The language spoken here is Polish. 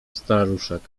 staruszek